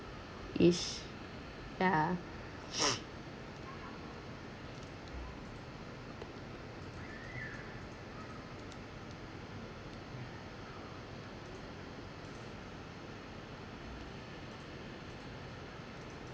is yeah